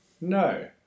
No